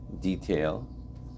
detail